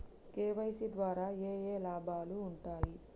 KYC ద్వారా ఏఏ లాభాలు ఉంటాయి?